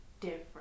different